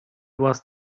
was